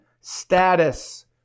status